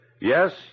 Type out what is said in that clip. Yes